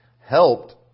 helped